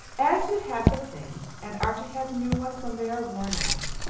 as you have the things and are to have new ones when they are worn out,